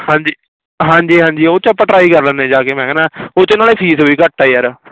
ਹਾਂਜੀ ਹਾਂਜੀ ਹਾਂਜੀ ਉਹ 'ਚ ਆਪਾਂ ਟਰਾਈ ਕਰ ਲੈਂਨੇ ਜਾ ਕੇ ਮੈਂ ਕਹਿੰਦਾ ਉਹ 'ਚ ਨਾਲੇ ਫੀਸ ਵੀ ਘੱਟ ਆ ਯਾਰ